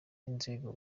inzego